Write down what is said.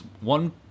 one